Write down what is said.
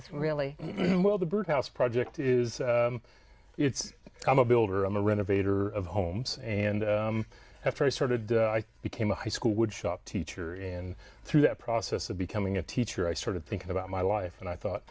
it's really well the bird house project is it's i'm a builder i'm a renovator of homes and after i started i became a high school wood shop teacher and through that process of becoming a teacher i started thinking about my life and i thought